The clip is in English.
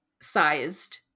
sized